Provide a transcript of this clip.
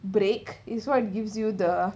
break it's what gives you the